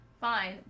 fine